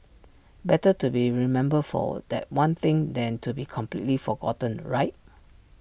better to be remembered for that one thing than to be completely forgotten right